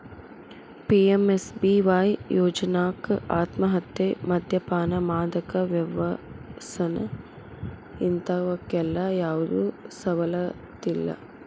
PMSBY ಯೋಜ್ನಾಕ ಆತ್ಮಹತ್ಯೆ, ಮದ್ಯಪಾನ, ಮಾದಕ ವ್ಯಸನ ಇಂತವಕ್ಕೆಲ್ಲಾ ಯಾವ್ದು ಸವಲತ್ತಿಲ್ಲ